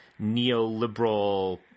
neoliberal